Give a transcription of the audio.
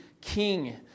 King